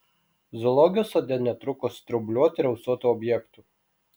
zoologijos sode netrūko straubliuotų ir ausuotų objektų